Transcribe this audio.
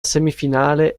semifinale